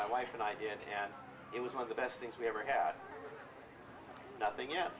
my wife and i did and it was one of the best things we ever had nothing y